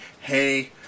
hey